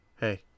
hey